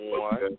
one